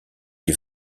est